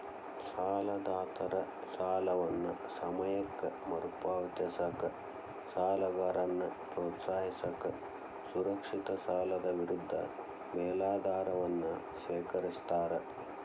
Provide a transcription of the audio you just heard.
ಸಾಲದಾತರ ಸಾಲವನ್ನ ಸಮಯಕ್ಕ ಮರುಪಾವತಿಸಕ ಸಾಲಗಾರನ್ನ ಪ್ರೋತ್ಸಾಹಿಸಕ ಸುರಕ್ಷಿತ ಸಾಲದ ವಿರುದ್ಧ ಮೇಲಾಧಾರವನ್ನ ಸ್ವೇಕರಿಸ್ತಾರ